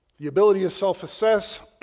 the ability of self assess,